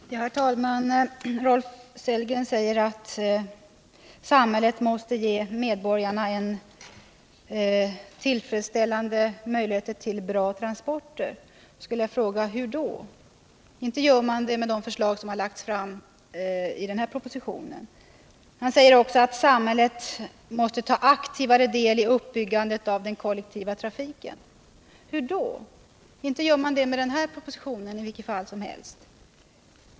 Herr talman! Rolf Sellgren säger att samhället måste ge medborgarna tillfredsställande möjligheter till bra transporter. Jag skulle vilja fråga: Hur då? Inte gör man det med de förslag som lagts fram i den här propositionen. Han säger också att samhället måste ta aktivare del i uppbyggandet av den kollektiva trafken. Hur då? Inte gör man det —- i vilket fall som helst inte med den här propositionen.